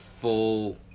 full